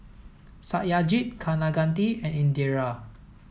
Satyajit Kaneganti and Indira